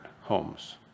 homes